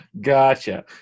Gotcha